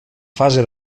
fase